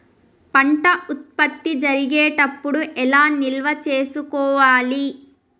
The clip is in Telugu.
పంట ఉత్పత్తి జరిగేటప్పుడు ఎలా నిల్వ చేసుకోవాలి?